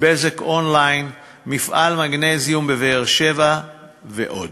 "בזק און-ליין", מפעל מגנזיום בבאר-שבע ועוד.